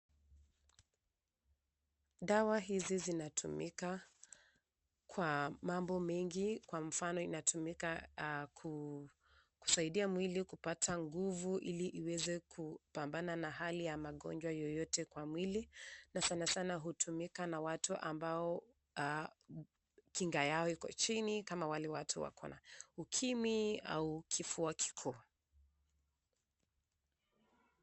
Dawa hizi zinatumika kwa mambo mengi kwa mfano inatumika kusaidia mwili kupata nguvu ili iweza kupambana na hali ya magonjwa yoyote kwa mwili na sanasana hutumika na watu ambao kinga yao iko chini kama wale watu wakona ukimwi au kifua kikuu.